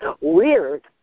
weird